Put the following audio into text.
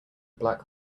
black